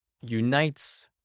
unites